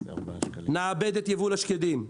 נאבד את יבול השקדים,